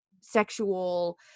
sexual